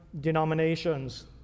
denominations